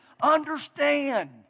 understand